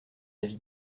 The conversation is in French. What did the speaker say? avis